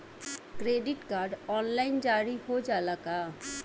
Credit card online जारी हो जाला का?